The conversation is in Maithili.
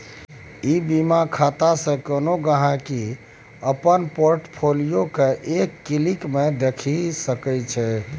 ई बीमा खातासँ कोनो गांहिकी अपन पोर्ट फोलियो केँ एक क्लिक मे देखि सकै छै